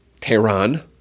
Tehran